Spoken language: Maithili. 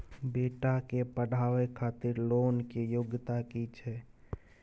बेटा के पढाबै खातिर लोन के योग्यता कि छै